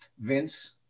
Vince